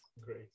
Great